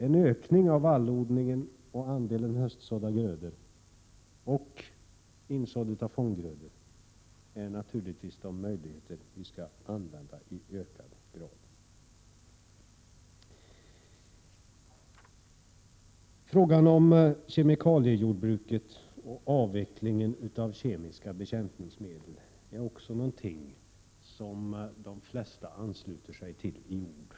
En ökning av vallodlingen och av andelen höstsådda grödor är naturligtvis någonting vi skall satsa på. Avvecklingen av kemiska bekämpningsmedel är någonting som de flesta ansluter sig till i ord.